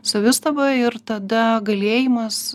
savistaba ir tada galėjimas